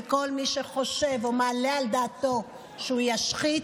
וכל מי שחושב או מעלה על דעתו שהוא ישחית,